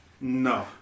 No